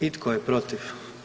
I tko je protiv?